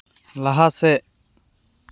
ᱞᱟᱦᱟ ᱥᱮᱫ